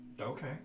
okay